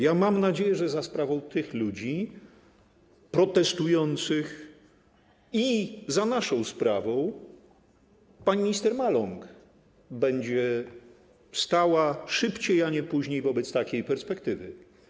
Ja mam nadzieję, że za sprawą tych protestujących ludzi i za naszą sprawą pani minister Maląg będzie stała szybciej, a nie później wobec takiej perspektywy.